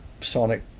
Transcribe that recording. sonic